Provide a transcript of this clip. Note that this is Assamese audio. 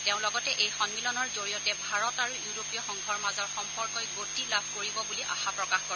তেওঁ লগতে এই সম্মিলনৰ জৰিয়তে ভাৰত আৰু ইউৰোপীয় সংঘৰ মাজৰ সম্পৰ্কই গতি লাভ কৰিব বুলি আশা প্ৰকাশ কৰে